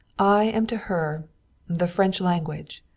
i am to her the french language!